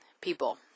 People